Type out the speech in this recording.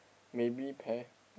maybe pear